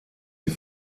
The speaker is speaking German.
sie